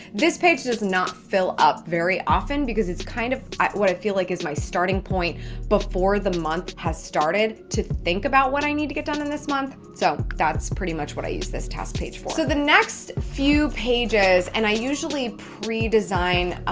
this page does not fill up very often because it's kind of what i feel like is my starting point before the month has started to think about what i need to get done in this month. so that's pretty much what i use this task page for. so the next few pages, and i usually pre-design